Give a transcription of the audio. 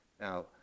Now